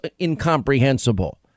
incomprehensible